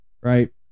right